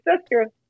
sister